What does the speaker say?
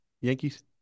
Yankees